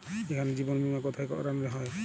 এখানে জীবন বীমা কোথায় করানো হয়?